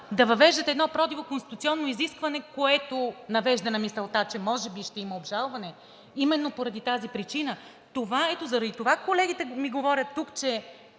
да въвеждате едно противоконституционно изискване, което навежда на мисълта, че може би ще има обжалване? Именно поради тази причина! Ето заради това колегите ми говорят тук, че